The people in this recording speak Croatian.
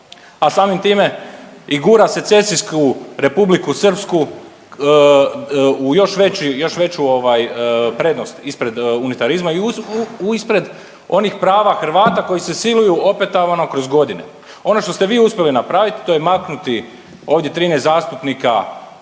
a samim time i gura se cesijsku Republiku Srpsku u još veći, u još veću ovaj prednost ispred unitarizma i ispred onih prava Hrvata koji se siluju opetovano kroz godine. Ono što ste vi uspjeli napravit to je maknuti ovdje 13 zastupnika